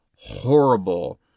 horrible